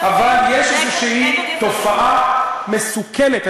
אבל יש איזו תופעה מסוכנת,